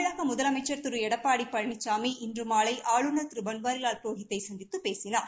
தமிழக முதலமைச்சர் திரு எடப்பாடி பழனிசாமி இன்று மாலை ஆளுநர் திரு பன்வாரிலால் புரோஹித்தை சந்தித்து பேசினார்